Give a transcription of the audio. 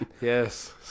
Yes